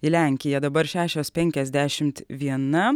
į lenkiją dabar šešios penkiasdešimt viena